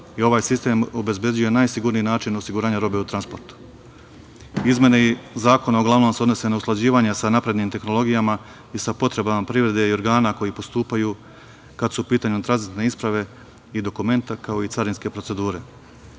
i ovaj sistem obezbeđuje najsigurniji način osiguranja robe u transportu. Izmene zakona uglavnom se odnose na usklađivanje sa naprednim tehnologijama i sa potrebama privrede i organa koji postupaju, kada su u pitanju tranzitne isprave i dokumenta kao i carinske procedure.